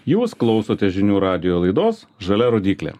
jūs klausotės žinių radijo laidos žalia rodyklė